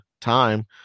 time